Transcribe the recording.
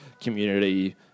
community